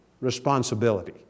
responsibility